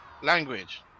language